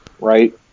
right